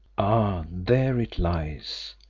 ah! there it lies.